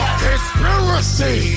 conspiracy